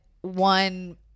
one